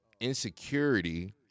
insecurity